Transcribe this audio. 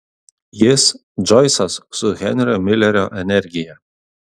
jis džoisas su henrio milerio energija